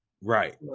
Right